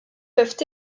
peuvent